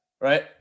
Right